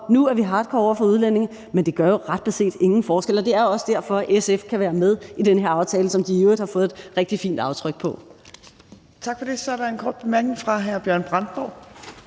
nu er hardcore over for udlændinge, men det gør jo ret beset ingen forskel, og det er også derfor, at SF kan være med i den her aftale, som de i øvrigt har fået et rigtig fint aftryk på. Kl. 12:48 Tredje næstformand (Trine Torp):